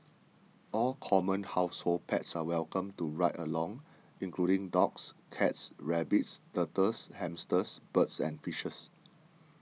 all common household pets are welcome to ride along including dogs cats rabbits turtles hamsters birds and fishes